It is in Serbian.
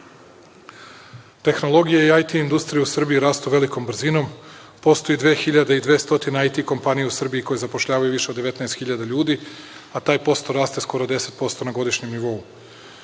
ništa. Tehnologija i IT industrija u Srbiji rastu velikom brzinom. Postoji 2200 IT kompanija u Srbiji koje zapošljavaju više od 19 hiljada ljudi, a taj posto raste skoro 10% na godišnjem novu.